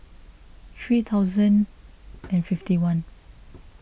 three thousand and fifty one